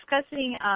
discussing